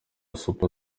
super